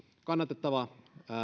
kannatettava